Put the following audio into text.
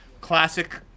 classic